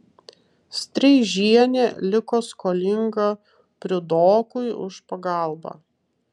streižienė liko skolinga priudokui už pagalbą